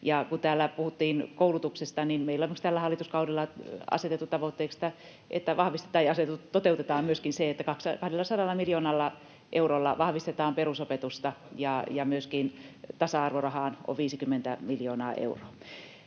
Kun täällä puhuttiin koulutuksesta, niin meillä onneksi tällä hallituskaudella on asetettu tavoitteeksi, että vahvistetaan ja toteutetaan myöskin se, että 200 miljoonalla eurolla vahvistetaan perusopetusta. Myöskin tasa-arvorahaan on 50 miljoonaa euroa.